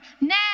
now